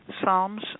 Psalms